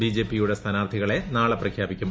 ബിജെപിയുടെ സ്ഥാനാർത്ഥികളെ നാളെ പ്രഖ്യാപിക്കും